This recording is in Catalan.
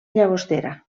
llagostera